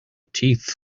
teeth